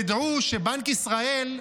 תדעו שבנק ישראל,